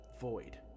void